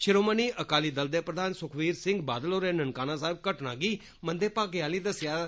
शिरोमणी दे अकाली दल दे प्रघान सुखबीर सिंह बादल होरें ननकाना सहेब घटना गी मंदे भागे आह्ली दस्सेआ ऐ